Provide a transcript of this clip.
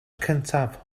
cyntaf